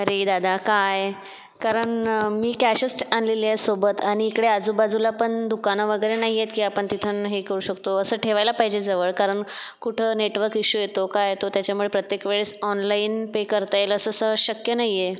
अरे दादा काय कारण मी कॅशच आणलेली आहे सोबत आणि इकडे आजूबाजूला पण दुकानं वगैरे नाही आहेत की आपण तिथून हे करू शकतो असं ठेवायला पाहिजे जवळ कारण कुठं नेटवर्क इशू येतो काय येतो त्याच्यामुळे प्रत्येक वेळेस ऑनलाईन पे करता येईल असं सहजशक्य नाही आहे